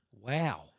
Wow